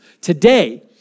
Today